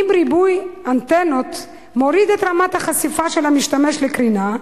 אם ריבוי אנטנות מוריד את רמת החשיפה של המשתמש לקרינה,